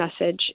message